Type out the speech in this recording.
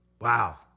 Wow